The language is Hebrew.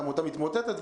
העמותה מתמוטטת,